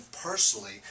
personally